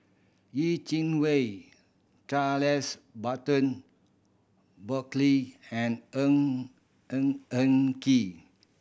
Yeh Chi Wei Charles Burton Buckley and Ng Eng Eng Kee